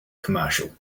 commercial